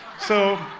so,